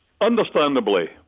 understandably